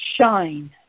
shine